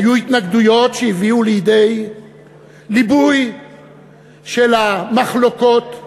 היו התנגדויות שהביאו לידי ליבוי של המחלוקות.